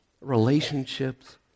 relationships